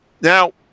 Now